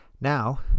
Now